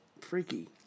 freaky